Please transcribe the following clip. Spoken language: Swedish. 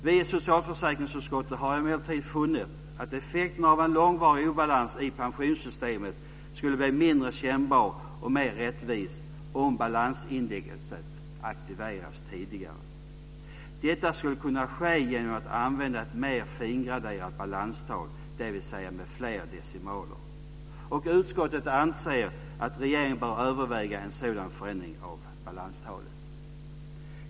Vi i socialförsäkringsutskottet har emellertid funnit att effekten av en långvarig obalans i pensionssystemet skulle bli mindre kännbar och mer rättvis om balansindexet aktiverades tidigare. Detta skulle kunna ske genom att använda ett mer fingraderat balanstal, dvs. med fler decimaler. Utskottet anser att regeringen bör överväga en sådan förändring av balanstalet.